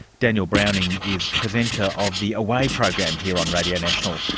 daniel browning is presenter of the awaye! program here on radio national,